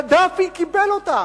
קדאפי קיבל אותם.